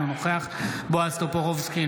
אינו נוכח בועז טופורובסקי,